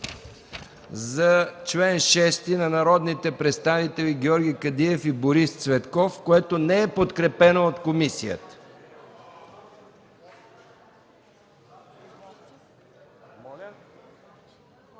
за чл. 6 на народните представители Георги Кадиев и Борис Цветков, което не е подкрепено от комисията.